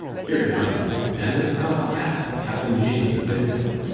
here a comes, and the scots captaine, captaine iamy, with him